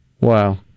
Wow